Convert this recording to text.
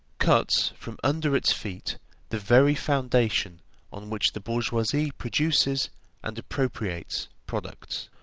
cuts from under its feet the very foundation on which the bourgeoisie produces and appropriates products.